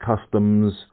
customs